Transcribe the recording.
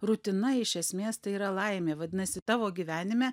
rutina iš esmės tai yra laimė vadinasi tavo gyvenime